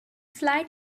fly